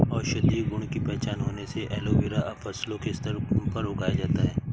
औषधीय गुण की पहचान होने से एलोवेरा अब फसलों के स्तर पर उगाया जाता है